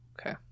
Okay